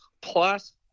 Plus